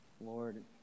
Lord